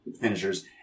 finishers